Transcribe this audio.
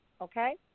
Okay